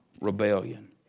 rebellion